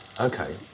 Okay